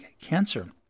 cancer